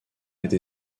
été